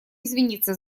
извиниться